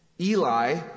Eli